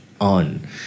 on